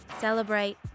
celebrate